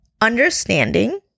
understanding